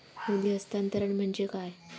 निधी हस्तांतरण म्हणजे काय?